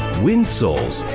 win souls,